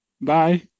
Bye